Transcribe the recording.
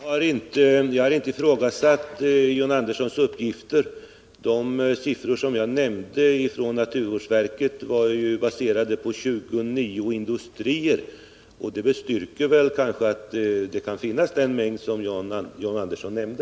Herr talman! Jag har inte ifrågasatt John Anderssons uppgifter. Naturvårdsverkets siffror, som jag nämnde, var baserade på 29 industrier. De styrker att det kan finnas den mängd fiberråvara som John Andersson nämnde.